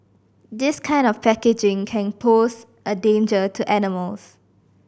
this kind of packaging can pose a danger to animals